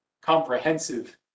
comprehensive